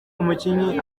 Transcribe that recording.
umukinnyi